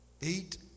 eat